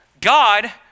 God